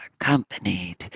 accompanied